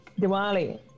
Diwali